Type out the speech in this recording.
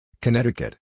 Connecticut